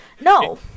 no